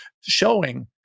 showing